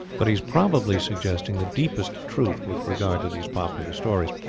but he is probably suggesting the deepest truth with regard to these popular stories.